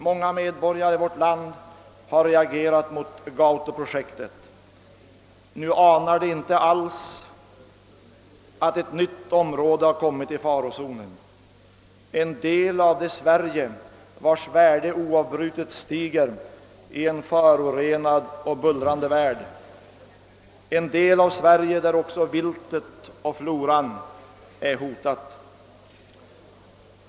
Många medborgare i vårt land har reagerat mot Gautoprojektet. Nu anar de inte alls, att ett nytt område har kommit i farozonen, nämligen en del av det Sverige, vars värde oavbrutet stiger i en förorenad och bullrande värld, en del av Sverige där också viltet och floran är hotade.